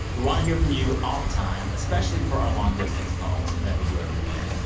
we want to hear from you all the time, especially for our long-distance calls that we do every week.